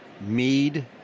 Mead